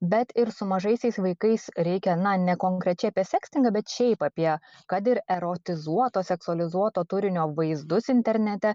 bet ir su mažaisiais vaikais reikia na ne konkrečiai apie sekstingą bet šiaip apie kad ir erotizuoto seksualizuoto turinio vaizdus internete